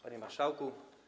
Panie Marszałku!